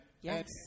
Yes